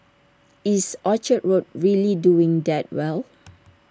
is Orchard road really doing that well